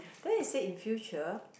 then I say in future